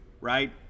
right